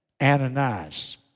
Ananias